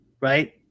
right